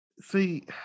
See